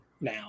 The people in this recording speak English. Now